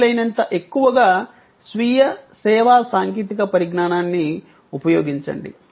వీలైనంత ఎక్కువగా స్వీయ సేవా సాంకేతిక పరిజ్ఞానాన్ని ఉపయోగించండి